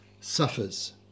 suffers